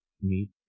meet